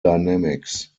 dynamics